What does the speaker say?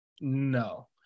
No